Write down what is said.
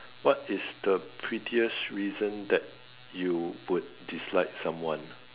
what is the pettiest reason that you would dislike someone